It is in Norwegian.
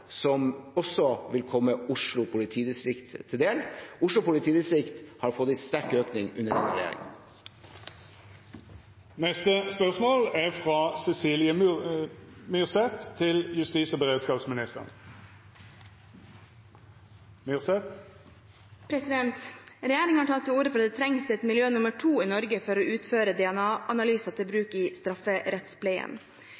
som også vil komme Oslo politidistrikt til del. Oslo politidistrikt har fått en sterk økning under denne regjeringen. «Regjeringen har tatt til orde for at det trengs et miljø nummer to i Norge for å utføre DNA-analyser til